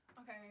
Okay